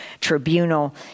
Tribunal